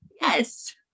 Yes